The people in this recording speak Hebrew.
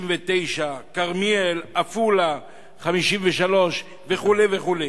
59%, כרמיאל, עפולה, 53%, וכו' וכו'.